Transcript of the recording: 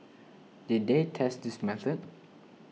did they test this method